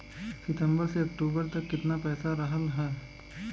सितंबर से अक्टूबर तक कितना पैसा रहल ह?